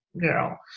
girl